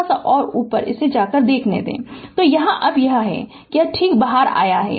Refer Slide Time 0922 तो यहाँ अब यह है यह ठीक बाहर आया है